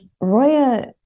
Roya